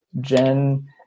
Jen